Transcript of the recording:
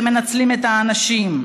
ומנצלים את האנשים,